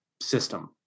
system